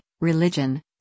religion